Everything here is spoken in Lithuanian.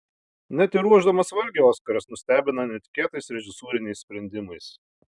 net ir ruošdamas valgį oskaras nustebina netikėtais režisūriniais sprendimais